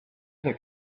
other